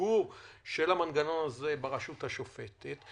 באתגור של המנגנון הזה ברשות השופטת,